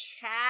chat